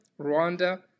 Rwanda